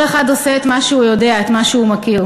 כל אחד עושה את מה שהוא יודע, את מה שהוא מכיר.